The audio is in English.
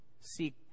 Seek